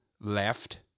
left